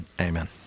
Amen